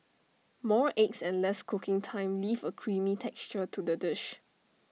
more eggs and less cooking time leave A creamy texture to the dish